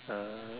uh